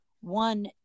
one